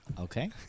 Okay